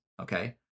okay